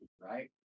Right